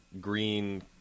green